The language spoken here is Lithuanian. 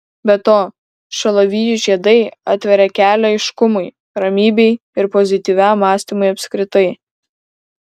be to šalavijų žiedai atveria kelią aiškumui ramybei ir pozityviam mąstymui apskritai